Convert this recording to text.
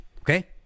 okay